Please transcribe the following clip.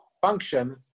function